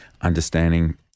understanding